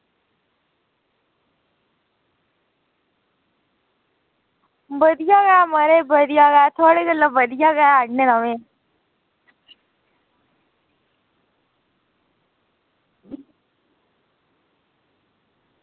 बधिया गै म्हाराज बधिया गै थुआढ़े आस्तै में बधिया गै ऐ आह्ने दा